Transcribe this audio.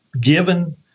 given